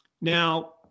Now